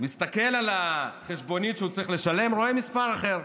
מסתכל על החשבונית שהוא צריך לשלם, רואה מספר אחר,